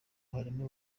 harimo